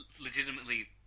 legitimately